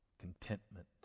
Contentment